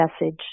message